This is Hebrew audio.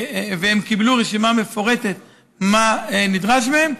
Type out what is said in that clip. והם קיבלו רשימה מפורטת של מה שנדרש מהם,